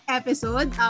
episode